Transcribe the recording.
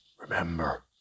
Remember